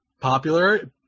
popular